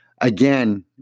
Again